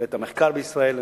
ואת המחקר בישראל.